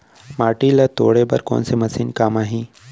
माटी ल तोड़े बर कोन से मशीन काम आही?